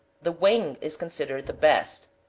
the wing is considered the best,